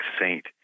saint